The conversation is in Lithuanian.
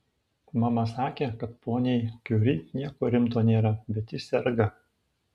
mama sakė kad poniai kiuri nieko rimto nėra bet ji serga